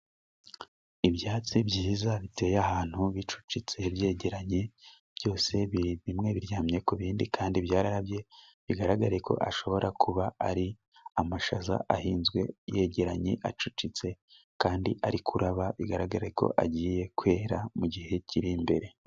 Ibyatsi byiza biteye ahantu bicucitse byegeranye byose, bimwe biryamye ku bindi kandi byarabye bigaragare ko ashobora kuba ari amashyaza ahinzwe yegeranye, acucitse kandi ari kuraba bigaragare ko agiye kwera mu gihe kiri imbere.